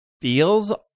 feels